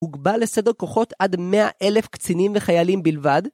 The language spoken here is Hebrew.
הוגבה לסדר כוחות עד 100,000 קצינים וחיילים בלבד?